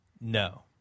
No